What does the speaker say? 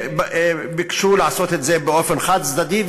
ביקשו לעשות את זה באופן חד-צדדי,